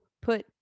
put